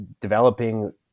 developing